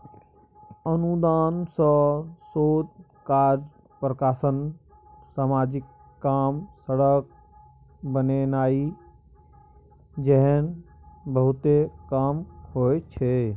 अनुदान सँ शोध कार्य, प्रकाशन, समाजिक काम, सड़क बनेनाइ जेहन बहुते काम होइ छै